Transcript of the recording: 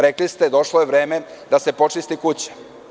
Rekli ste - došlo je vreme da počisti kuća.